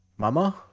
mama